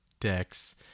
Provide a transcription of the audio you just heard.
decks